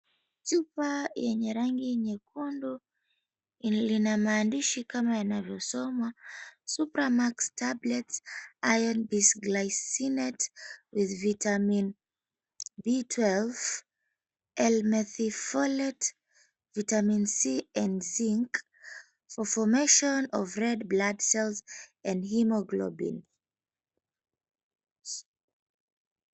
Chupa yenye rangi nyekundu lina maandishi kama yanavyosoma, SUPRAMAX TABLETS, Iron Bisglycinate with vitamin L-Methylfolate, Vitamin C & Zinc, FOR FORMATION OF RED BLOOD CELLS & HAEMOGLOBIN.